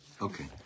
okay